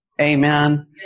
Amen